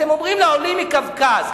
אתם אומרים לעולים מקווקז,